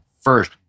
first